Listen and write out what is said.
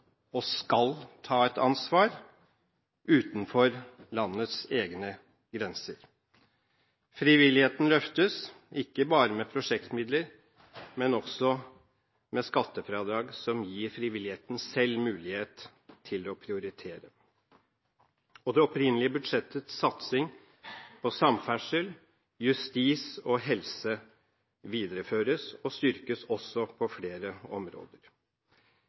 og skal ta et ansvar – utenfor landets egne grenser. Frivilligheten løftes ikke bare med prosjektmidler, men også med skattefradrag som gir frivilligheten selv mulighet til å prioritere. Det opprinnelige budsjettets satsing på samferdsel, justis og helse videreføres og styrkes også på flere områder.